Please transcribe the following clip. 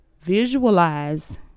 Visualize